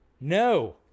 no